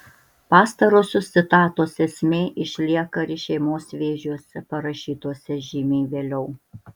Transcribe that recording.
pastarosios citatos esmė išlieka ir šeimos vėžiuose parašytuose žymiai vėliau